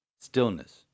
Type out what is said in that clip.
Stillness